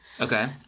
Okay